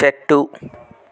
చెట్టు